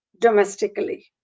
domestically